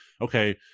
okay